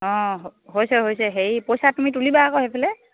অঁ হৈছে হৈছে হেৰি পইচা তুমি তুলিবা আকৌ সেইফালে